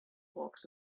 folks